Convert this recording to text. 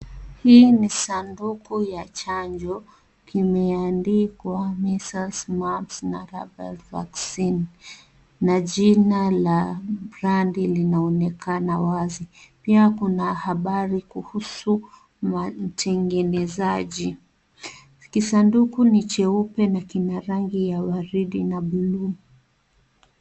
Hii ni sanduku ya chanjo, kimeandikwa " Measles, Mumps na Rubella Vaccine " na jina la randi linaonekana wazi. Pia kuna habari kuhusu utengenezaji. Kisanduku ni cheupe na kina rangi ya waridi na bluu.